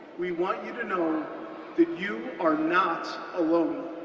we want you to know that you are not alone.